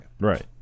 Right